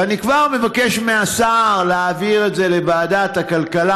ואני כבר מבקש מהשר להעביר את זה לוועדת הכלכלה,